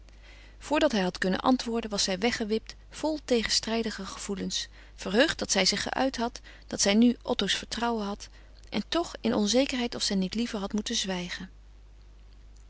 voordat hij had kunnen antwoorden was zij weggewipt vol tegenstrijdige gevoelens verheugd dat zij zich geuit had dat zij nu otto's vertrouwen had en toch in onzekerheid of zij niet liever had moeten zwijgen